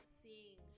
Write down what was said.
seeing